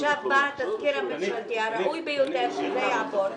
הראוי ביותר שזה יעבור אלי.